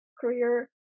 career